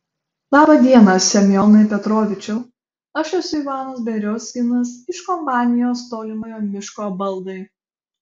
laba diena semionai petrovičiau aš esu ivanas beriozkinas iš kompanijos tolimojo miško baldai